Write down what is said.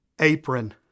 apron